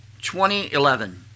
2011